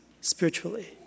spiritually